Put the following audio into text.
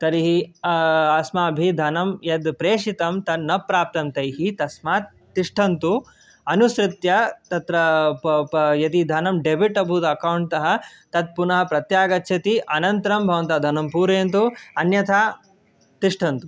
तर्हि अस्माभिः धनं यत् प्रेषितं तन्न प्राप्तं तैः तस्मात् तिष्ठन्तु अनुसृत्य तत्र यदि धनं डेबिट् अभूत् अक्कौण्ट् तः तत् पुनः प्रत्यागच्छति अनन्तरं भवन्तः धनं पूरयन्तु अन्यथा तिष्ठन्तु